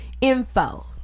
info